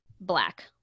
black